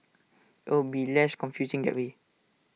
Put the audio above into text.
it'll be less confusing that way